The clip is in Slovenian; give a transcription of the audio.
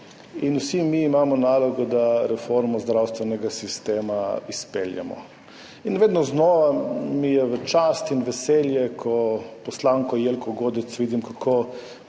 in vsi mi imamo nalogo, da reformo zdravstvenega sistema izpeljemo. Vedno znova mi je v čast in veselje, ko poslanko Jelko Godec vidim, kako